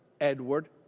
Edward